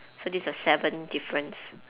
so this the seventh difference